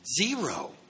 Zero